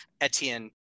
etienne